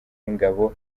w’ingabo